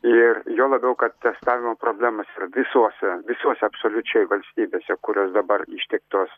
ir juo labiau kad testavimo problemos yra visuose visose absoliučiai valstybėse kurios dabar ištiktos